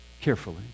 carefully